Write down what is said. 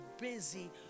busy